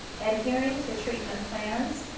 adhering to treatment plans,